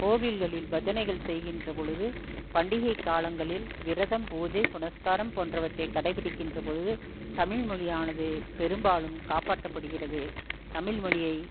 கோவில்களில் பஜனைகள் செய்கின்றபொழுது பண்டிகை காலங்களில் விரதம் பூஜை புனஸ்காரம் போன்றவற்றை கடைப்பிடிக்கின்ற பொழுது தமிழ் மொழியானது பெரும்பாலும் காப்பாற்றப்படுகிறது தமிழ் மொழியை